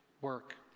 work